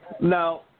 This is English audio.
Now